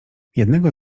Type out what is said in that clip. jednego